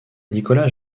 nicolas